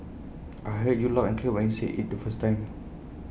I heard you loud and clear when you said IT the first time